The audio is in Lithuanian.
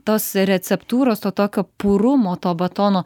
tos receptūros to tokio purumo to batono